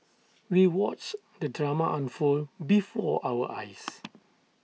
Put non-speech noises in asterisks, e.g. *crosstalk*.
we watched the drama unfold before our eyes *noise*